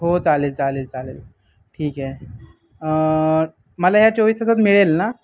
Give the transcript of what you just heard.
हो चालेल चालेल चालेल ठीक आहे मला या चोवीस तासात मिळेल ना